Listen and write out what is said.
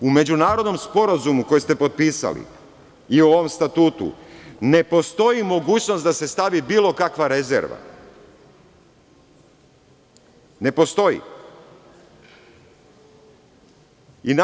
U međunarodnom sporazumu koji ste potpisali i u ovom statutu ne postoji mogućnost da se stavi bilo kakva rezerva, ne postoji.